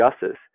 Justice